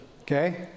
Okay